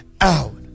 out